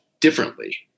differently